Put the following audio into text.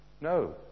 No